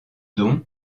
dons